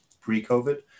pre-covid